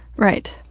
right.